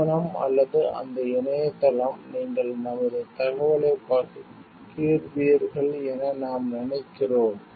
நிறுவனம் அல்லது அந்த இணையதளம் நீங்கள் நமது தகவலைப் பகிர்வீர்கள் என நாம் நினைக்கிறோம்